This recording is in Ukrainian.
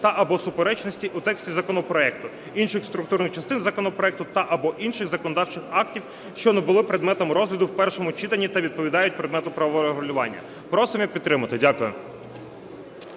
та/або суперечності у тексті законопроекту, інших структурних частин законопроекту та/або інших законодавчих актів, що не були предметом розгляду в першому читанні та відповідають предмету правового регулювання. Просимо його підтримати. Дякую.